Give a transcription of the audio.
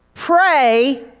Pray